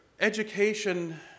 education